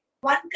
One